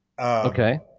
Okay